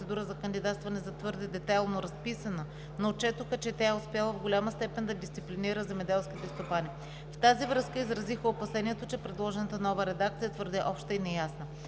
за кандидатстване за твърде детайлно разписана, но отчетоха, че тя е успяла в голяма степен да дисциплинира земеделските стопани. В тази връзка изразиха опасението, че предложената нова редакция е твърде обща и неясна.